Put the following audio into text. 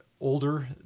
older